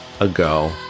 ago